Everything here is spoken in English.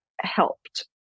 helped